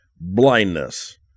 blindness